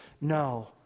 no